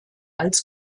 als